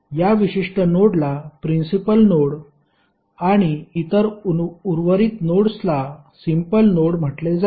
या विशिष्ट नोडला प्रिन्सिपल नोड आणि इतर उर्वरित नोड्सला सिम्पल नोड म्हटले जाईल